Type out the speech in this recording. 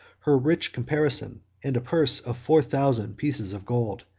her rich caparison, and a purse of four thousand pieces of gold,